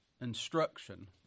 instruction